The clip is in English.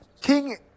king